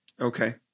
Okay